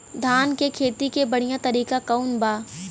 धान के खेती के बढ़ियां तरीका कवन बा?